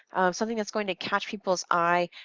something that's going to catch people's eye,